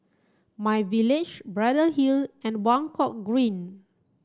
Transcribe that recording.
My Village Braddell Hill and Buangkok Green